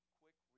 quick